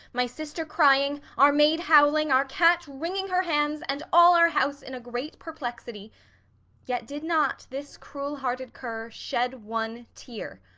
my sister crying, our maid howling, our cat wringing her hands, and all our house in a great perplexity yet did not this cruel-hearted cur shed one tear.